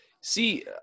see